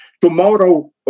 tomorrow